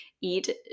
eat